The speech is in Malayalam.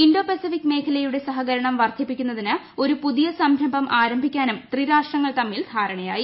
ഇന്തോ പസഫിക് മേഖലയുടെ സഹകരണ് പ്രവർദ്ധിപ്പിക്കുന്നതിന് ഒരു പുതിയ സംരംഭം ആരംഭിക്കാനൂറ്ട് ത്രീരാഷ്ട്രങ്ങൾ തമ്മിൽ ധാരണയായി